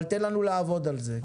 אבל תן לנו לעבוד על זה.